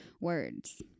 words